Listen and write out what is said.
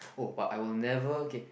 oh but I will never okay